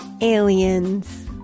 aliens